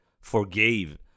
forgave